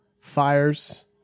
fires